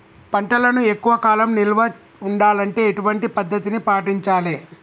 పంటలను ఎక్కువ కాలం నిల్వ ఉండాలంటే ఎటువంటి పద్ధతిని పాటించాలే?